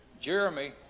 Jeremy